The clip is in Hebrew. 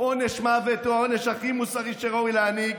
עונש מוות הוא העונש הכי מוסרי שראוי להעניק.